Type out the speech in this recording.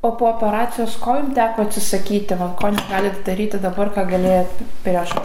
o po operacijos ko jum teko atsisakyti va ko negalit daryti dabar ką galėjot prieš